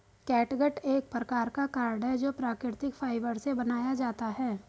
catgut एक प्रकार का कॉर्ड है जो प्राकृतिक फाइबर से बनाया जाता है